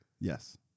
Yes